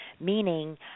meaning